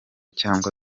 cyangwa